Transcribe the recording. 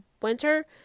winter